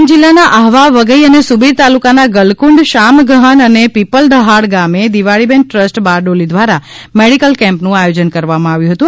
ડાંગ જિલ્લાના આહવાવધઈ અને સુબીર તાલુકાના ગલકુંડ શામગહાન અને પીપલદહાડ ગામે દિવાળીબેન ટ્રસ્ટ બારડોલી દ્વારા મેડિકલ કેમ્પનું આયોજન કરવામાં આવ્યું હતું